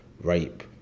rape